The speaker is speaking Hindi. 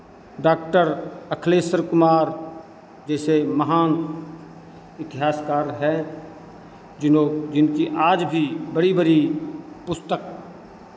डॉक्टर अखिलेश्वर कुमार जैसे महान इतिहासकार है जिलो जिनकी आज भी बड़ी बड़ी पुस्तक